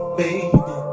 baby